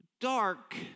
dark